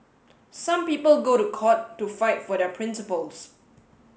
some people go to court to fight for their principles